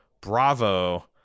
bravo